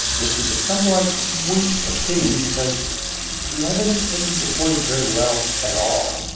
this is a somewhat weak opinion because the evidence doesn't support it very well at all.